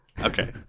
Okay